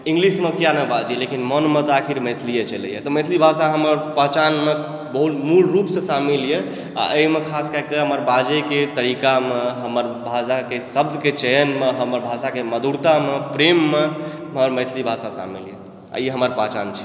इंग्लिसमे किया नहि बाजी लेकिन मनमऽ आखिर मैथिलीए चलयए तऽ मैथिली भाषा हमर पहचानमे बहुत मूल रुपसँ शामिलए आ एहिमे हमर खास कएकऽ बाजयके तरीकामऽ हमर बाजयके शब्दके चयनमऽ हमर भाषाके मधुरतामऽ प्रेममऽ हमर मैथिली भाषा शामिलए आ ई हमर पहचान छी